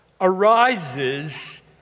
arises